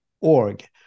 org